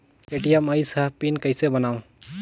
ATM आइस ह PIN कइसे बनाओ?